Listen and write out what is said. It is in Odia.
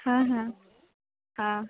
ହଁ ହଁ ହଁ